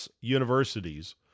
universities